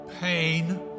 pain